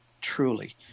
truly